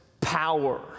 power